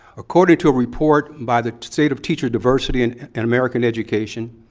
according to a report by the state of teacher diversity in and american education,